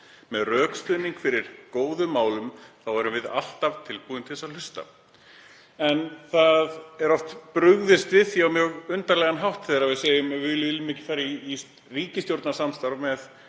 með rökstuðning fyrir góðum málum þá erum við alltaf tilbúin til að hlusta. En það er oft brugðist við því á mjög undarlegan hátt þegar við segjum að við viljum ekki fara í ríkisstjórnarsamstarf með